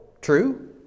True